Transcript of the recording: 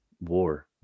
war